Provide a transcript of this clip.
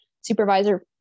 supervisor